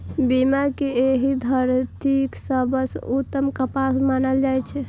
पीमा कें एहि धरतीक सबसं उत्तम कपास मानल जाइ छै